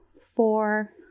four